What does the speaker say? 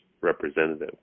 representative